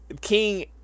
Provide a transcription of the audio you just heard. King